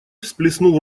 всплеснув